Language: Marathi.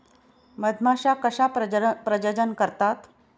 मधमाश्या कशा प्रजनन करतात?